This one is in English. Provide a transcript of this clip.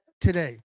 today